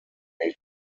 made